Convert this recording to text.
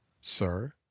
sir